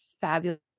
fabulous